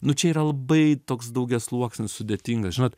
nu čia yra labai toks daugiasluoksnis sudėtingas žinot